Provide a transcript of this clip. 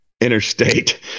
interstate